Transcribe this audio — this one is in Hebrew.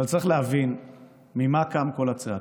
אבל צריך להבין ממה קמה כל הצעקה.